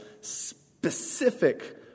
specific